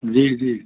जी जी